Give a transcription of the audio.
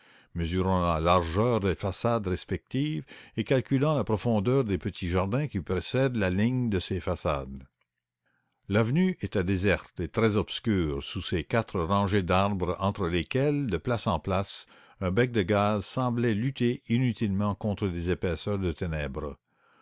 mesurant la largeur des façades respectives et calculant la profondeur des petits jardins qui précèdent la ligne de ces façades l'avenue était déserte et très obscure sous ses quatre rangées d'arbres entre lesquels de place en place un bec de gaz semblait lutter vainement contre des épaisseurs de ténèbres